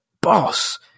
Boss